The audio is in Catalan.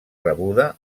rebuda